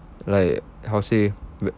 like how to say